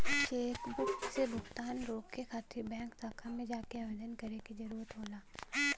chequebook से भुगतान रोके खातिर बैंक शाखा में जाके आवेदन करे क जरुरत होला